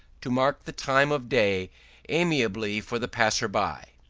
to mark the time of day amiably for the passer-by.